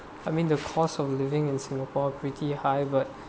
I mean the cost of living in singapore pretty high but